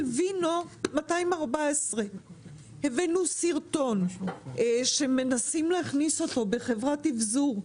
וינו 214. הבאנו סרטון שמנסים להכניס אותו בחברת אבזור,